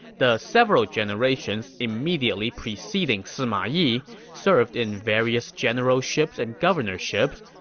the several generations immediately preceding sima yi served in various generalships and governorships,